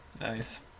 Nice